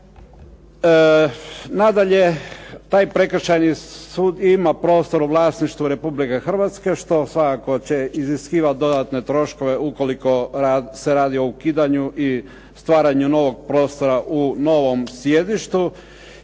Nadalje, taj Prekršajni sud ima prostor u vlasništvu Republiku Hrvatske, što svakako će iziskivati dodatne troškove ukoliko se radi o ukidanju i stvaranju novog prostora u novom sjedištu.